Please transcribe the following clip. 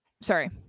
Sorry